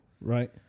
Right